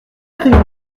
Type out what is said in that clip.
crayon